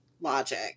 logic